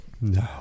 no